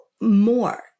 more